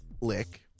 lick